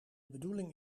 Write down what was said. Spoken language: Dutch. bedoeling